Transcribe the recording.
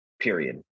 period